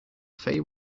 fay